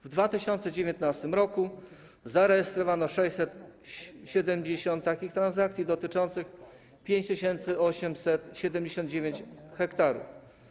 W 2019 r. zarejestrowano 670 takich transakcji, które dotyczyły 5879 ha.